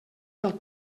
del